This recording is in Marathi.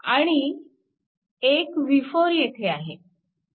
आणखी एक v4 येथे आहे